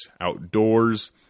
outdoors